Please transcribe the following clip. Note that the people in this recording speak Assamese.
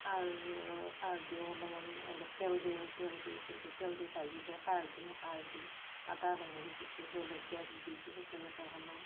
খাৰ খাৰ দিওঁ অলপমান অলপ তেল দিওঁ তেল দি তেল দি ভাজি লৈ খাৰ দিওঁ খাৰ দি আদা ৰহুন পিচি জলকীয়া দি পেলে তেনেকৈ বনাওঁ